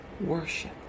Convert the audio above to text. Worship